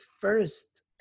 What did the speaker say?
first